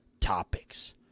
topics